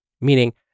meaning